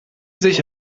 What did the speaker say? sich